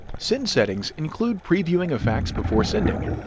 send settings include previewing a fax before sending,